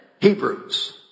Hebrews